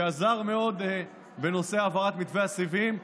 שעזר מאוד בנושא העברת מתווה הסיבים.